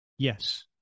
Yes